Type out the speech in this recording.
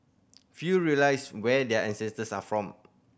few realise where their ancestors are from